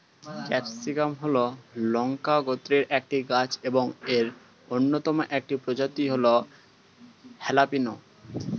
capsicum হল লঙ্কা গোত্রের একটি গাছ এবং এর অন্যতম একটি প্রজাতি হল হ্যালাপিনো